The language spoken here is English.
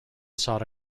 sought